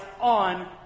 on